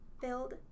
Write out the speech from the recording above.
build